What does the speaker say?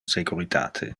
securitate